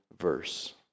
verse